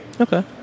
okay